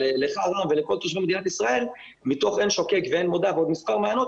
אבל לך ולכל תושבי מדינת ישראל מתוך עין שוקק ועוד מספר מעיינות,